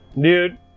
Dude